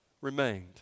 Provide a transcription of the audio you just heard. remained